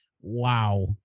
Wow